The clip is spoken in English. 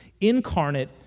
incarnate